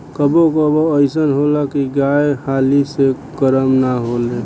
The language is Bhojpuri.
कबो कबो अइसन होला की गाय हाली से गरम ना होले